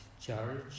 charge